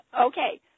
Okay